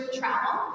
travel